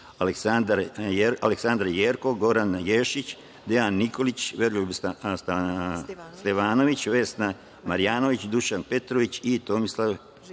Aleksandra Jerkov, Goran Ješić, Dejan Nikolić, Veroljub Stevanović, Vesna Marjanović, Dušan Petrović i Tomislav